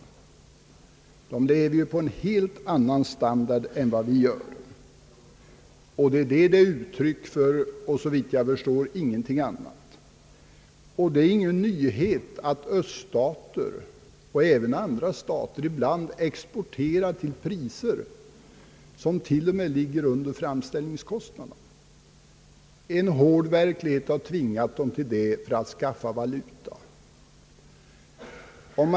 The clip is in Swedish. Människorna där lever på en helt annan standard än vår. Det är ingen nyhet att öststater och även andra stater exporterar till priser som ligger under fram ställningskostnaderna. En hård verklighet har tvingat dem till det för att skaffa valuta.